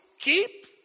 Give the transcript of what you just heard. keep